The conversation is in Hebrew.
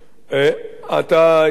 אתה הזכרת 100,000